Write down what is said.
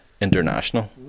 international